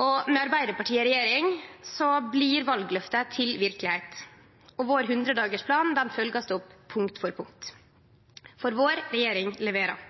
og med Arbeidarpartiet i regjering blir valløftet til verkelegheit. Hundredagarsplanen vår blir følgt opp, punkt for punkt, for vår regjering leverer.